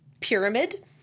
pyramid